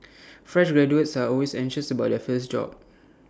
fresh graduates are always anxious about their first job